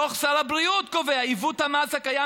דוח שר הבריאות קובע: "עיוות המס הקיים